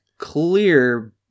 clear